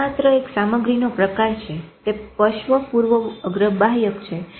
આ માત્ર એક સામગ્રીનો પ્રકાર છે તે પર્શ્વ પૂર્વ અગ્ર બાહ્યક છે